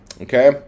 Okay